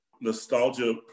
nostalgia